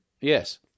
Yes